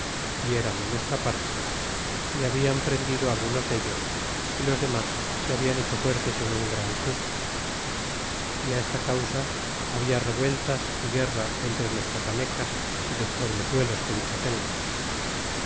y eran de nuestra parte y habian prendido algunos dellos y los demas se habian hecho fuertes en un gran cu y esta causa habla revueltas y guerra entre los chiapanecas y los pueblezuelos que dicho tengo